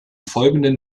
folgenden